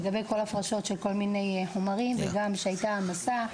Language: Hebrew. לגבי הפרשות של כל מיני חומרים וגם שהייתה המסה.